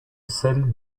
celles